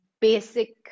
basic